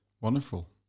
wonderful